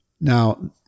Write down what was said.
Now